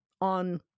on